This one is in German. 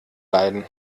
leiden